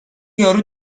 یارو